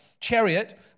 chariot